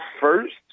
first